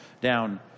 down